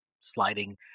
sliding